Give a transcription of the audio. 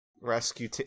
rescue